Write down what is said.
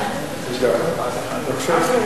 עמדה אחרת, בבקשה.